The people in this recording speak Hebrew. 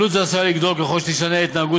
עלות זו עשויה לגדול ככל שתשתנה התנהגות